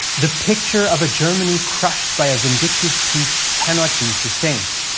the picture of a germany crushed by a vindictive peace cannot be sustained.